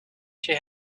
she